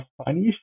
Spanish